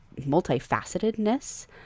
multifacetedness